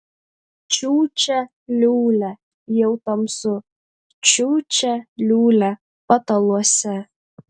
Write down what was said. čiūčia liūlia jau tamsu čiūčia liūlia pataluose